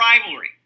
rivalry